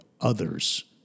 others